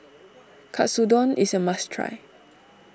Katsudon is a must try